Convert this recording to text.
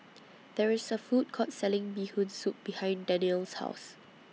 There IS A Food Court Selling Bee Hoon Soup behind Danniel's House